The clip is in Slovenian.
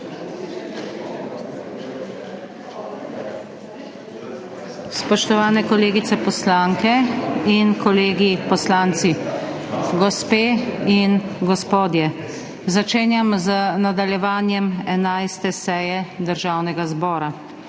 Spoštovani kolegice poslanke in kolegi poslanci, gospe in gospodje! Začenjam z nadaljevanjem 11. seje Državnega zbora.